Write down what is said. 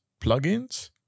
plugins